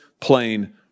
plain